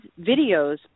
videos